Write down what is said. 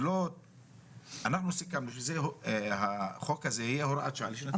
יהיה הוראת שעה לשנתיים.